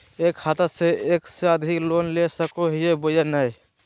एक खाता से एक से अधिक लोन ले सको हियय बोया नय?